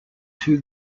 two